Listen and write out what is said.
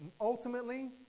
ultimately